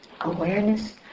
Awareness